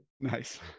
nice